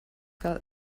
fell